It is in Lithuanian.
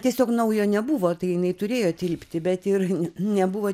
tiesiog naujo nebuvo tai jinai turėjo tilpti bet ir nebuvo